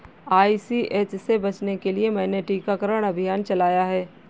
ICH से बचने के लिए मैंने टीकाकरण अभियान चलाया है